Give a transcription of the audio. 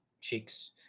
cheeks